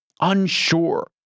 unsure